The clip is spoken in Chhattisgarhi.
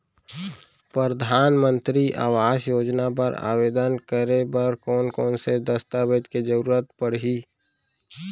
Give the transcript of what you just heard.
परधानमंतरी आवास योजना बर आवेदन करे बर कोन कोन से दस्तावेज के जरूरत परही?